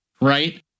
right